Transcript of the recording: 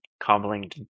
cobbling